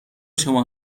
شما